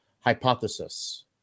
hypothesis